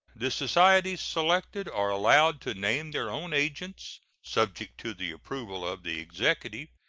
the societies selected are allowed to name their own agents, subject to the approval of the executive,